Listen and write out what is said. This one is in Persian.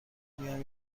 میگم